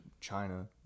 China